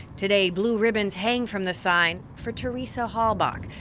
today, blue ribbons hang from the sign for teresa halbach,